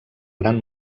gran